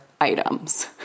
items